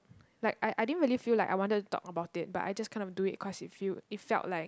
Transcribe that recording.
like I I didn't really feel like I wanted to talk about it but I just kinda of do it cause it feel it felt like